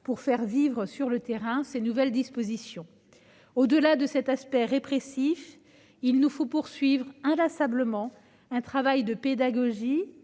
pour faire vivre ces nouvelles dispositions sur le terrain. Au-delà de cet aspect répressif, il nous faut poursuivre inlassablement un travail de pédagogie